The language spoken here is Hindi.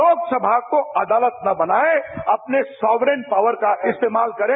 लोकसभा को अदालत न बनाएं अपनी सॉवरन पावर का इस्तेमाल करें